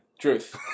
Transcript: Truth